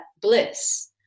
bliss